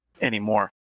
anymore